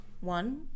one